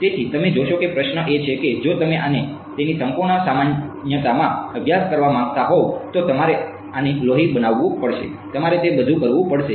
તેથી તમે જોશો કે પ્રશ્ન એ છે કે જો તમે આને તેની સંપૂર્ણ સામાન્યતામાં અભ્યાસ કરવા માંગતા હોવ તો તમારે આને લોહી બનાવવું પડશે તમારે તે બધું કરવું પડશે